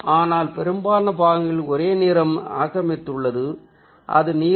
ஆனால் பெரும்பாலான பாகங்களில் ஒரே நிறம் ஆக்கிரமித்துள்ளது அது நீலம்